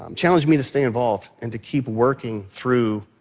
um challenged me to stay involved and to keep working through